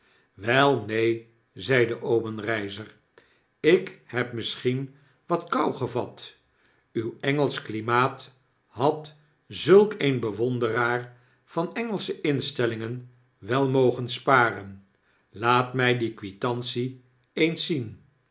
wel neen zeide obenreizer ikhebmisschien wat kou gevat uw engelsch klimaat had zulk een bewonderaar van engelsche instellingen wel mogen sparen laat mg die quitantie eens zien